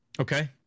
Okay